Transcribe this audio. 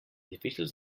difícils